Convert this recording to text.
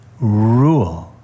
rule